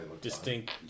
distinct